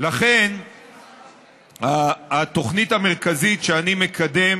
לפי סדר עדיפות מפלגתי שרוצה לתת למקורבים?